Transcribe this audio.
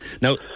Now